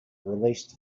released